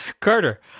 Carter